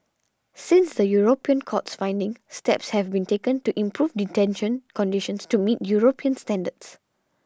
since the European court's findings steps have been taken to improve detention conditions to meet European standards